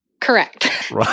Correct